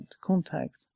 contact